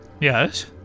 Yes